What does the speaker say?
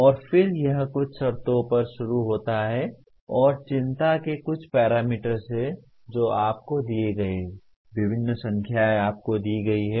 और फिर यह कुछ शर्तों पर शुरू होता है और चिंता के कुछ पैरामीटर्स हैं जो आपको दिए गए हैं विभिन्न संख्याएं आपको दी गई हैं